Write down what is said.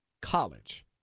college